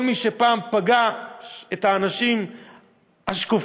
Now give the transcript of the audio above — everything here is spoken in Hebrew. כל מי שפעם פגש את האנשים השקופים,